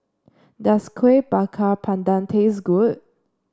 does Kuih Bakar Pandan taste good